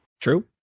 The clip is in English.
True